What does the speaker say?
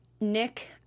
Nick